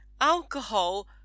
alcohol